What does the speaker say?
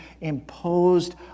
imposed